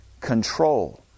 control